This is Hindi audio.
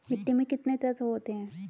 मिट्टी में कितने तत्व होते हैं?